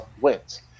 wins